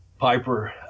Piper